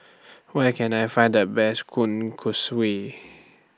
Where Can I Find The Best